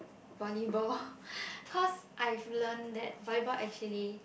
volleyball cause I've learnt that volleyball actually